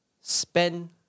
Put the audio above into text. spend